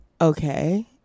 Okay